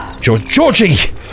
Georgie